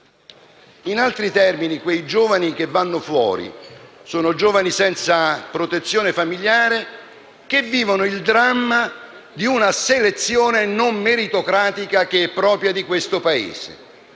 In altri termini, quei giovani che vanno fuori sono giovani senza protezione familiare che vivono il dramma di una selezione non meritocratica che è propria di questo Paese